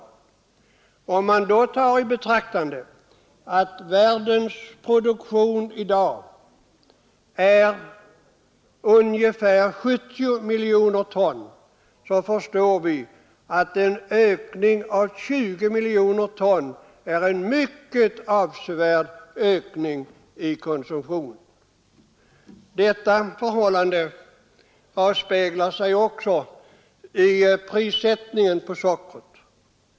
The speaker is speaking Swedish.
Om man sedan tar i betraktande att världsproduktionen i dag är ungefär 70 miljoner ton, så förstår vi att 20 miljoner ton är en mycket avsevärd ökning av konsumtionen. Detta förhållande avspeglar sig också i prissättningen på socker.